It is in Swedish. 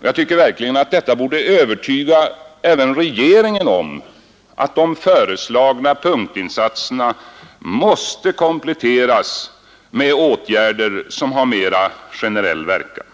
Jag tycker verkligen att detta borde övertyga även regeringen om att de föreslagna punktinsatserna måste kompletteras med åtgärder som har mera generell verkan.